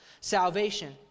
salvation